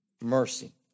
Mercy